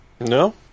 No